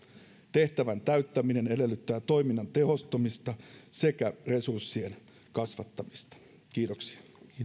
tehtävän täyttäminen edellyttää toiminnan tehostamista sekä resurssien kasvattamista kiitoksia